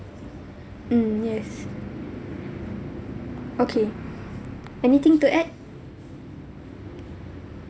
mm yes okay anything to add